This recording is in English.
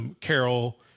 carol